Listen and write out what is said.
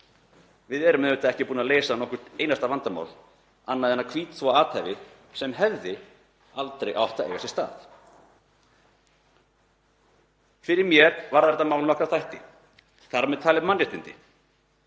Við erum auðvitað ekki búin að leysa nokkurt einasta vandamál annað en að hvítþvo athæfi sem hefði aldrei átt að eiga sér stað. Fyrir mér varðar þetta mál nokkra þætti, þar með talið mannréttindi.